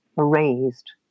erased